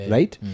Right